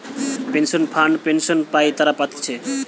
pension fund pension পাই তারা পাতিছে